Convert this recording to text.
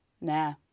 Nah